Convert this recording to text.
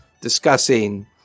discussing